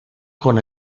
con